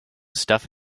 stuff